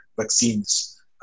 vaccines